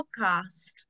podcast